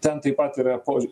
ten taip pat yra požiū